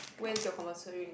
when's your compulsory intern